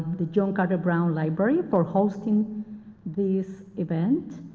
the john carter brown library for hosting this event,